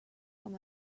com